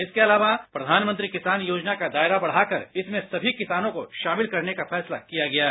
इसके अलावा प्रधानमंत्री किसान योजना का दायरा बढ़ाकर इसमें सभी किसानों को शामिल करने का फैसला किया गया है